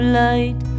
light